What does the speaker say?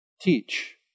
Teach